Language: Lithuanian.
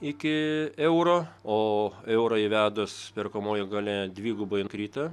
iki euro o eurą įvedus perkamoji galia dvigubai krito